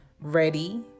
ready